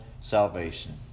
salvation